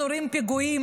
אנחנו רואים פיגועים.